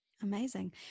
Amazing